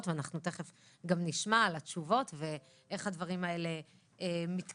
ואנחנו תכף נשמע איך הדברים האלה מתקדמים.